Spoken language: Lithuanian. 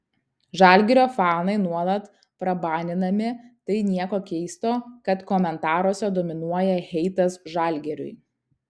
žalgirio fanai nuolat prabaninami tai nieko keisto kad komentaruose dominuoja heitas žalgiriui